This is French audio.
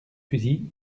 fusils